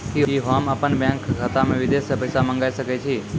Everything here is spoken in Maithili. कि होम अपन बैंक खाता मे विदेश से पैसा मंगाय सकै छी?